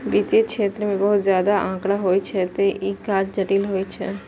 वित्तीय क्षेत्र मे बहुत ज्यादा आंकड़ा होइ छै, तें ई काज जटिल होइ छै